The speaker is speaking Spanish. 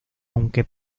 aunque